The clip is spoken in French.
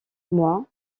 moi